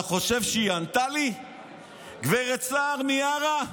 אתה חושב שהיא ענתה לי, גב' סער מיארה?